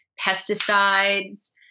pesticides